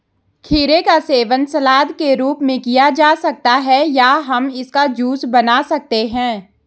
खीरे का सेवन सलाद के रूप में किया जा सकता है या हम इसका जूस बना सकते हैं